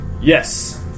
Yes